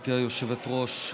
גברתי היושבת-ראש,